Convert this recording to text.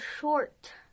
short